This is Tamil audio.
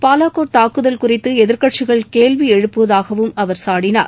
பாலாக்கோட் தாக்குதல் குறித்து எதிர்க்கட்சிகள் கேள்வி எழுப்புவதாகவும் அவர் சாடினார்